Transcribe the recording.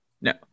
no